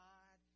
God